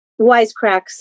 Wisecracks